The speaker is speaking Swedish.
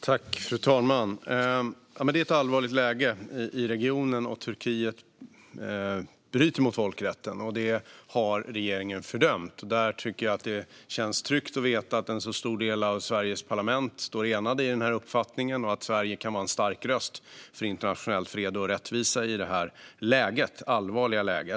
Fru talman! Det är ett allvarligt läge i regionen. Turkiet bryter mot folkrätten, och detta har regeringen fördömt. Där tycker jag att det känns tryggt att veta att en stor del av Sveriges parlament står enat i denna uppfattning och att Sverige kan vara en stark röst för internationell fred och rättvisa i detta allvarliga läge.